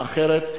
אחרת,